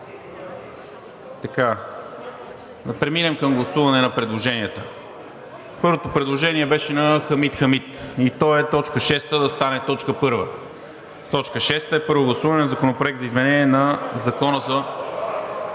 Да преминем към гласуване на предложенията. Първото предложение беше на Хамид Хамид и то е точка шеста да стане точка първа. Точка шеста е Първо гласуване на Законопроект за изменение на Закона за...